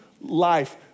life